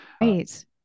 Right